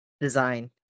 design